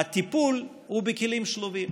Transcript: הטיפול הוא בכלים שלובים.